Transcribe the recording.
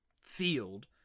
field